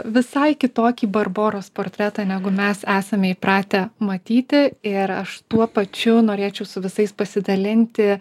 visai kitokį barboros portretą negu mes esame įpratę matyti ir aš tuo pačiu norėčiau su visais pasidalinti